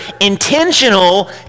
intentional